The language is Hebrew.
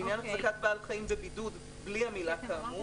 "לעניין החזקת בעל חיים בבידוד" בלי המילה "כאמור".